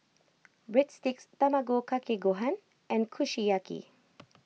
Breadsticks Tamago Kake Gohan and Kushiyaki